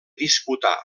disputà